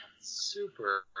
super